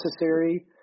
necessary